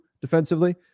defensively